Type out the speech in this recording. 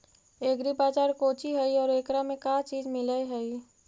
Agri बाजार कोची हई और एकरा में का का चीज मिलै हई?